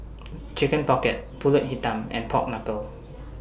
Chicken Pocket Pulut Hitam and Pork Knuckle